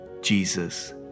Jesus